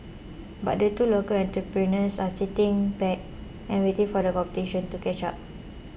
but the two local entrepreneurs are sitting back and waiting for the competition to catch up